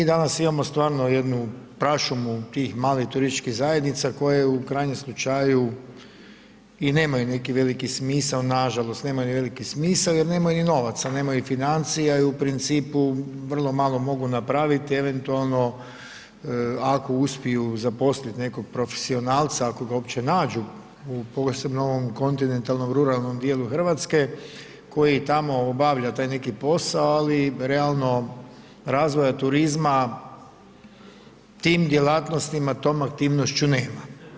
Mi danas imamo stvarno jednu prašumu tih malih turističkih zajednica koje u krajnjem slučaju i nemaju neki veliki smisao, nažalost nemaju veliki smisao jer nemaju ni novaca, nemaju ni financija i u principu vrlo malo mogu napraviti, eventualno ako uspiju zaposliti nekog profesionalca ako ga uopće nađu posebno u ovom kontinentalnom ruralnom dijelu Hrvatske koji tamo obavlja taj neki posao ali realno razvoja turizma tim djelatnostima, tom aktivnošću nema.